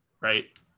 right